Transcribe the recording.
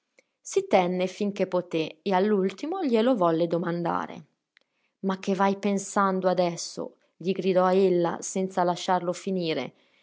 si tenne finché poté e all'ultimo glielo volle domandare ma che vai pensando adesso gli gridò ella senza lasciarlo finire